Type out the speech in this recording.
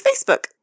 Facebook